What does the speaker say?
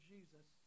Jesus